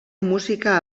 música